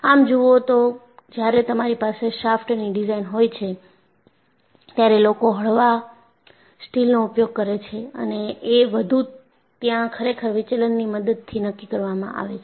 આમ જુઓ તો જ્યારે તમારી પાસે શાફ્ટની ડિઝાઇન હોય છે ત્યારે લોકો હળવા સ્ટીલનો ઉપયોગ કરે છે અને એ વસ્તુ ત્યાં ખરેખર વિચલનની મદદથી નક્કી કરવામાં આવે છે